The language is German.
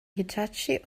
hitachi